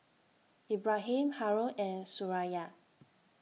Ibrahim Haron and Suraya